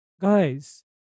guys